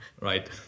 right